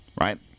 right